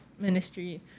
ministry